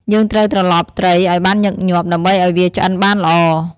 យើងត្រូវត្រឡប់ត្រីឲ្យបានញឹកញាប់ ដើម្បីឲ្យវាឆ្អិនបានល្អ។